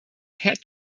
hat